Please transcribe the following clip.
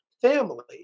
family